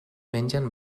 mengen